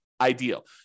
ideal